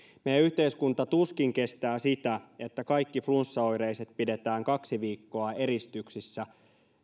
meidän yhteiskunta tuskin kestää sitä että kaikki flunssaoireiset pidetään kaksi viikkoa eristyksissä